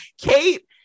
Kate